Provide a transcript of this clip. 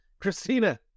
Christina